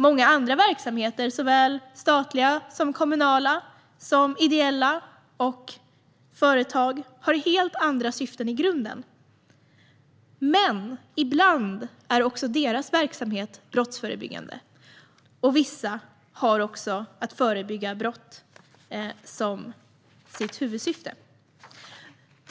Många andra verksamheter, såväl statliga som kommunala, ideella och företag har helt andra syften i grunden. Men ibland är också deras verksamheter brottsförebyggande. Vissa har också som sitt huvudsyfte att